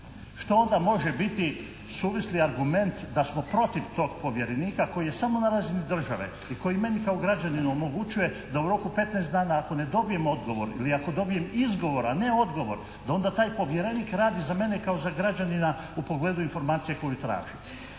Što onda može biti suvisli argument da smo protiv tog povjerenika koji je samo na razini države i koji meni kao građaninu omogućuje da u roku od 15 dana ako ne dobijem odgovor ili ako dobijem izgovor, a ne odgovor, da onda taj povjerenik radi za mene kao za građanina u pogledu informacije koju traži.